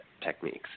techniques